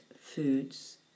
foods